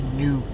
new